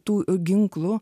tų ginklų